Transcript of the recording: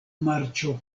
marĉo